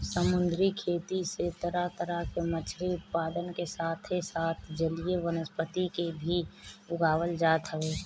समुंदरी खेती से तरह तरह के मछरी उत्पादन के साथे साथ जलीय वनस्पति के भी उगावल जात हवे